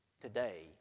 Today